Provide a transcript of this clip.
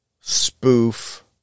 spoof